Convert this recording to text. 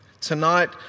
Tonight